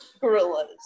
Gorillas